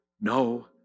no